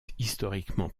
historiquement